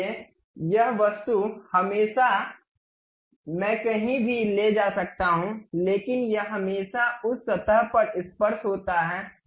इसलिए यह वस्तु हमेशा मैं कहीं भी ले जा सकता हूं लेकिन यह हमेशा उस सतह पर स्पर्श होता है